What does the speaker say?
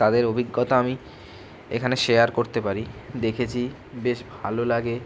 তাদের অভিজ্ঞতা আমি এখানে শেয়ার করতে পারি দেখেছি বেশ ভালো লাগে